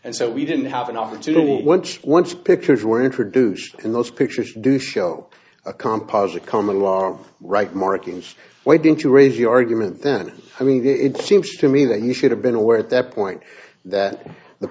and so we didn't have an opportunity once pictures were introduced in those pictures do show a composite coming to our right markings why didn't you raise your argument then i mean it seems to me that he should have been aware at that point that the